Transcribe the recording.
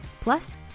Plus